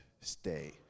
stay